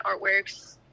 artworks